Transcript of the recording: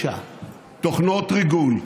תוכנות ריגול שנועדו,